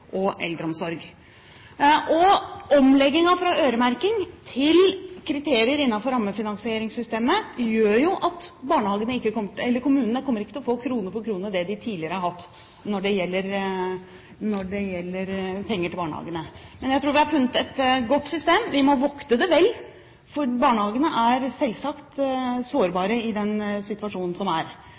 og eldreomsorg. Omleggingen fra øremerking til kriterier innenfor rammefinansieringssystemet gjør at kommunene ikke kommer til å få krone for krone slik de tidligere har fått når det gjelder barnehagene. Men jeg tror vi har funnet et godt system. Vi må vokte det vel, for barnehagene er selvsagt sårbare i den situasjonen som er.